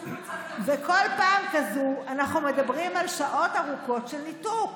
וכל פעם כזאת אנחנו מדברים על שעות ארוכות של ניתוק.